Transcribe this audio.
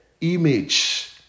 image